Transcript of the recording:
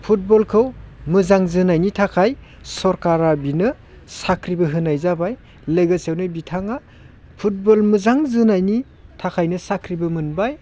फुटबलखौ मोजां जोनायनि थाखाय सरखारा बिनो साख्रिबो होनाय जाबाय लोगोसेयावबो बिथाङा फुटबल मोजां जोनायनि थाखायनो साख्रिबो मोनबाय